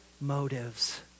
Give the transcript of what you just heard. motives